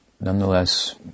Nonetheless